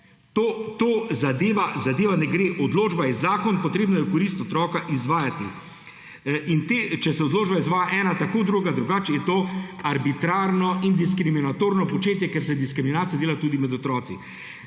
Ta zadeva ne gre, odločba je zakon, treba jo je v korist otroka izvajati. In če se odločba izvaja ena tako, druga drugače, je to arbitrarno in diskriminatorno početje, ker se diskriminacije delajo tudi med otroci.